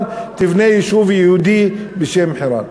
היא תבנה יישוב יהודי בשם חירן.